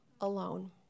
alone